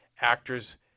actors